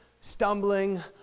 stumbling